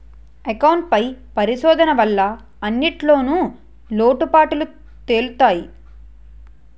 account పై పరిశోధన వల్ల అన్నింటిన్లో లోటుపాటులు తెలుత్తయి